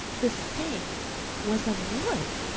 the stake was of wood,